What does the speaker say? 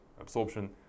absorption